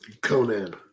Conan